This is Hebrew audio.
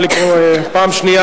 נא לקרוא פעם שנייה,